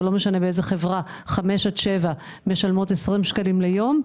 ולא משנה באיזו חברה 5 עד 7 משלמות 20 שקלים ליום,